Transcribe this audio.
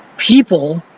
people